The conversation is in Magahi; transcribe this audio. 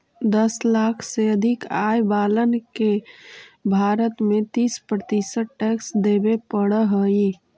दस लाख से अधिक आय वालन के भारत में तीस प्रतिशत टैक्स देवे पड़ऽ हई